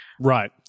right